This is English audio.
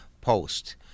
Post